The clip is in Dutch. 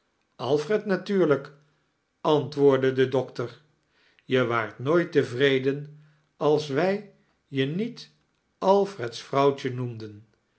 alfred natuurlijk antwoordd de dokter je waart nooiit tevreden als wij j niet alfred's vrouwtje noemden